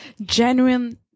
genuine